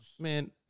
Man